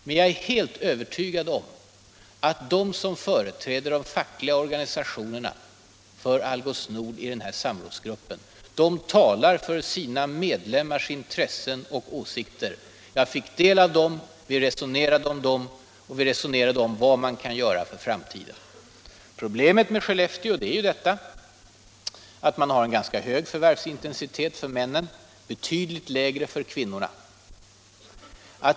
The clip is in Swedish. Men jag är helt övertygad om att de som företräder de fackliga organisationerna vid Algots Nord i den här samrådsgruppen talar för sina medlemmars intressen och åsikter. Jag fick del av dem, vi resonerade om dem och talade om vad man kan göra för framtiden. Problemet med Skellefteå är ju att man har en ganska hög förvärvsintensitet för männen men betydligt lägre för kvinnorna.